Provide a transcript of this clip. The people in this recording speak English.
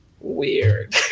weird